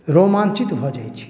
रोमाञ्चित भऽ जाइ छी